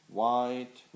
white